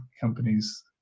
companies